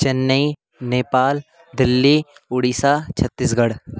Chennai Nepal Delhi Odisha Chhattisgarh